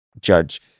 judge